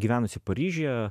gyvenusi paryžiuje